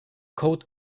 code